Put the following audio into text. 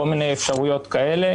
כל מיני אפשרויות כאלה.